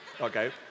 okay